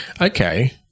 Okay